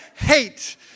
Hate